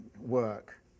work